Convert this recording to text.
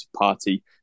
Party